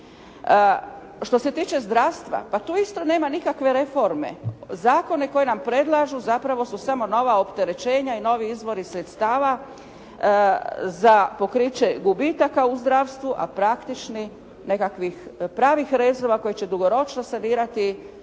Što se tiče zdravstva, pa tu isto nema nikakve reforme. Zakone koje nam predlažu zapravo su samo nova opterećenja i novi izvori sredstava za pokriće gubitaka u zdravstvu, a praktični nekakvih pravih rezova koji će dugoročno sanirati